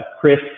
Chris